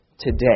today